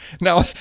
now